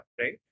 right